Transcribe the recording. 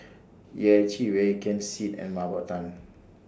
Yeh Chi Wei Ken Seet and Mah Bow Tan